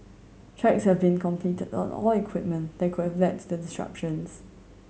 checks have been completed on all equipment that could have led to the